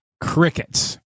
crickets